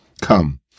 come